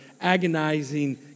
agonizing